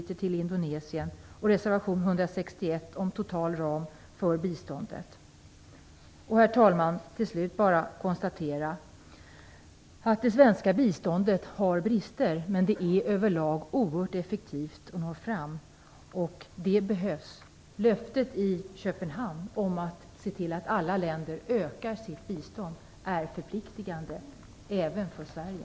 Till sist vill jag bara konstatera att det svenska biståndet har brister, men det är överlag oerhört effektivt. Det når fram och det behövs. Löftet i Köpenhamn om att alla länder skall öka sitt bistånd är förpliktigande, även för Sverige.